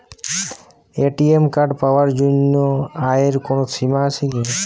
ATM card পাওয়ার জন্য আয়ের কোনো সীমা আছে কি?